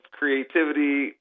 creativity